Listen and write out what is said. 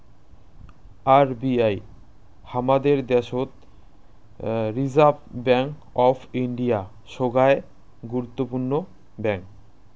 RBI হামাদের দ্যাশোত reserve bank of India, সোগায় গুরুত্বপূর্ণ ব্যাঙ্ক